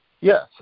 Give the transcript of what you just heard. Yes